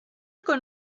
con